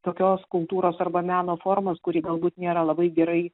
tokios kultūros arba meno formos kuri galbūt nėra labai gerai